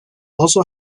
also